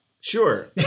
sure